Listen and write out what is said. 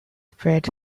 spread